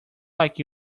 like